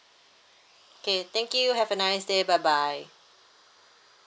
okay thank you have a nice day bye bye